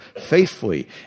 faithfully